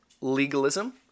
legalism